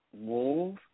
move